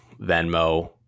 venmo